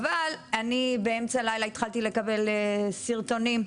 אני באמצע הלילה התחלתי לקבל סרטונים,